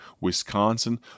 Wisconsin